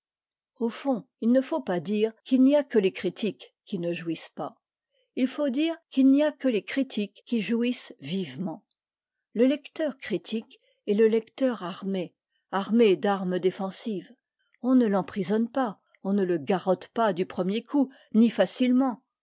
au fond il ne faut pas dire qu'il n'y a que les critiques qui ne jouissent pas il faut dire qu'il n'y a que les critiques qui jouissent vivement le lecteur critique est le lecteur armé armé d'armes défensives on ne l'emprisonne pas on ne le garrotte pas du premier coup ni facilement